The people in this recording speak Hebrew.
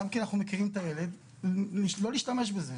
גם כי אנחנו מכירים את הילד לא להשתמש בזה,